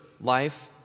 life